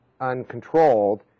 uncontrolled